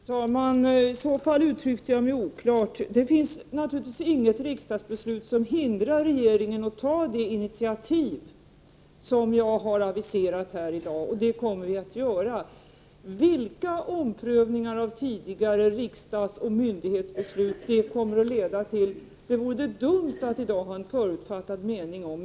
Fru talman! Jag kanske uttryckte mig oklart. Det finns naturligtvis inget riksdagsbeslut som hindrar regeringen att ta de initiativ som jag har aviserat här i dag, och dem kommer vi också att ta. Vilka omprövningar av tidigare riksdagsoch myndighetsbeslut det kommer att leda till vore det dumt att i dag ha en förutfattad mening om.